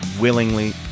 willingly